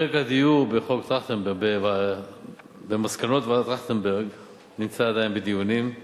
פרק הדיור במסקנות ועדת-טרכטנברג נמצא עדיין בדיונים.